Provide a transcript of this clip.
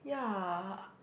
ya